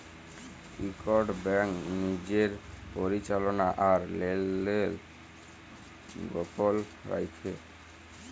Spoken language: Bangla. ইকট ব্যাংক লিজের পরিচাললা আর লেলদেল গপল রাইখে